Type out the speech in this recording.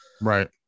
Right